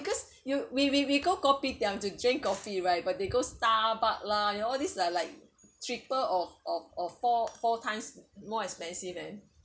because you we we we go kopitiam to drink coffee right but they go Starbucks lah you know all this lah like triple or or or four four times more expensive eh